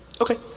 Okay